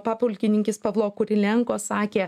papulkininkis pavlo kurilenko sakė